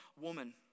woman